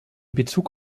bezug